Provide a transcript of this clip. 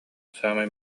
саамай